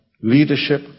leadership